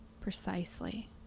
Precisely